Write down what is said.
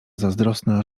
zazdrosna